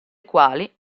quali